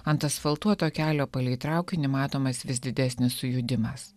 ant asfaltuoto kelio palei traukinį matomas vis didesnis sujudimas